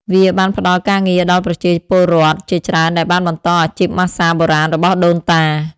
វាបានផ្តល់ការងារដល់ប្រជាពលរដ្ឋជាច្រើនដែលបានបន្តអាជីពម៉ាស្សាបុរាណរបស់ដូនតា។